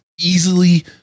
easily